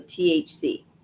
THC